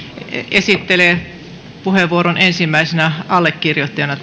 esittelee ensimmäisenä allekirjoittajana